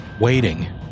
Waiting